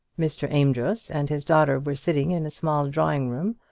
mr. amedroz and his daughter were sitting in a small drawing-room,